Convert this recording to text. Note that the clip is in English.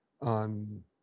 on